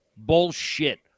Bullshit